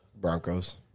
Broncos